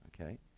Okay